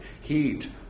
heat